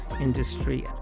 industry